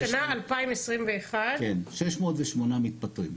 השנה, 2021, 608 מתפטרים.